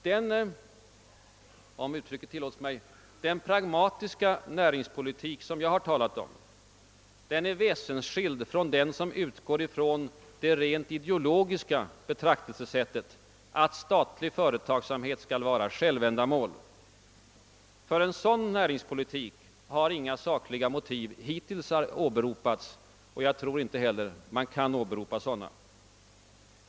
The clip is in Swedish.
Den — om uttrycket tillåtes mig — pragmatiska näringspolitik som jag talat om är väsenskild från den som utgår från det rent ideologiska betraktelsesättet, att statlig företagsamhet skall vara ett självändamål. För en sådan näringspolitik har inga sakliga motiv hittills åberopats, och jag tror inte heller att man kan åberopa några sådana.